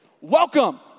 Welcome